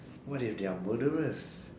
what if they're murderers